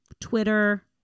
Twitter